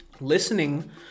listening